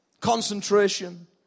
Concentration